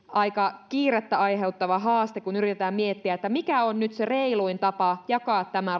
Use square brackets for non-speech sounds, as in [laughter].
[unintelligible] aika kiirettä aiheuttava haaste kun yritetään miettiä mikä on nyt sitten se reiluin tapa jakaa tämä [unintelligible]